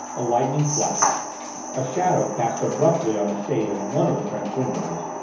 a lightning flash a shadow cast abruptly on the shade of one of the french windows,